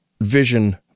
vision